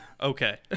okay